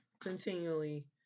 continually